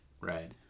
right